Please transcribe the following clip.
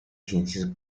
ciencias